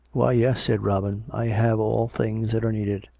why, yes, said robin. i have all things that are needed.